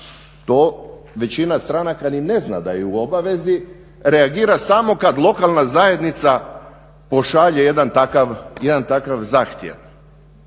To većina stranaka ni ne zna da je u obavezi. Reagira samo kad lokalna zajednica pošalje jedan takav zahtjev.